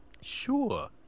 sure